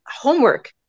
homework